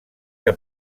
que